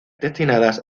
destinadas